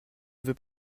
veux